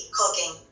cooking